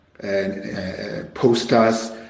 posters